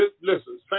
listen